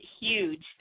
huge